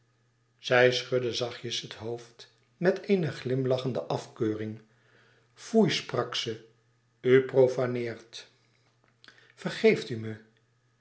zij schudde zachtjes het hoofd met eene glimlachende afkeuring foei sprak ze u profaneert vergeeft u me